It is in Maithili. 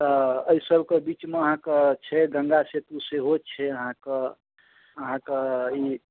तऽ एहि सबके बिचमे अहाँके छै गङ्गा सेतू सेहो छै अहाँके अहाँके ई